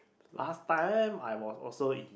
last time I was also in